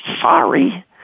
sorry